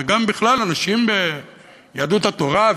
וגם בכלל אנשים ביהדות התורה,